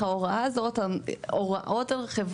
ההוראה הזאת הוראות